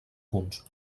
punts